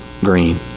green